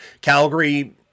Calgary